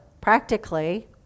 practically